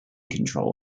control